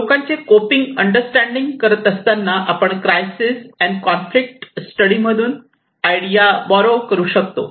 लोकांचे coping understanding करत असताना आपण क्रायसिस अँड कॉन्फ्लिक्ट स्टडी मधून आयडिया बोरो करू शकतो